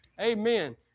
Amen